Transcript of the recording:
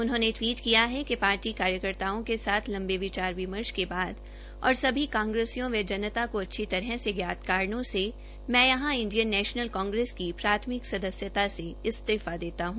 उन्होंने टिवीट किया कि पार्टी कार्यकर्ताओं के साथ लंबे विचार विमर्श के बाद और सभी कांग्रसियों व जनता को अच्छी तरह से ज्ञात कारणों से मै यहा इंडियन नैशनल कांग्रेस की प्राथमिकता से इस्तीफा देता है